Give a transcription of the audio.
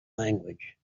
language